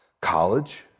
college